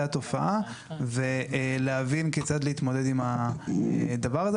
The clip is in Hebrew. התופעה ולהבין כיצד להתמודד עם הדבר הזה.